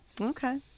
Okay